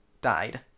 died